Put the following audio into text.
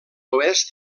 oest